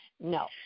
No